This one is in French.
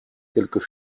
quelques